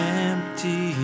empty